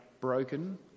broken